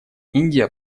индия